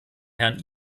herrn